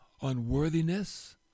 unworthiness